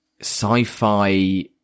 sci-fi